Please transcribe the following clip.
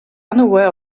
unaware